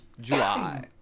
July